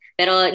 pero